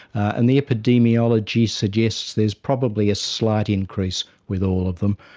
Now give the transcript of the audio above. and the epidemiology suggests there is probably a slight increase with all of them.